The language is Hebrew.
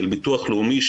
של ביטוח לאומי,